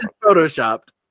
photoshopped